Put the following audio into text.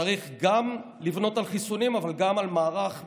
צריך לבנות גם על חיסונים, אבל גם על מערך מסודר,